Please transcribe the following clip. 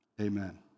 Amen